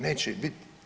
Neće ih biti!